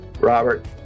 Robert